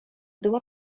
dua